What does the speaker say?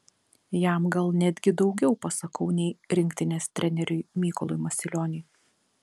jam gal netgi daugiau pasakau nei rinktinės treneriui mykolui masilioniui